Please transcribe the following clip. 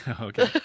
Okay